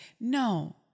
No